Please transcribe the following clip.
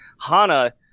Hana